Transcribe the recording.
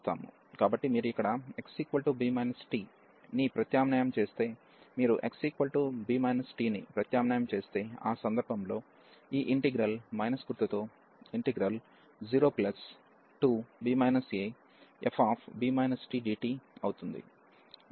కాబట్టి మీరు ఇక్కడ xb t ను ప్రత్యామ్నాయం చేస్తే మీరు x b t ను ప్రత్యామ్నాయం చేస్తే ఆ సందర్భంలో ఈ ఇంటిగ్రల్ మైనస్ గుర్తుతో ఈ 0b afb tdtఅవుతుంది